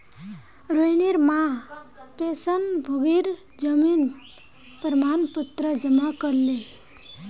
रोहिणीर मां पेंशनभोगीर जीवन प्रमाण पत्र जमा करले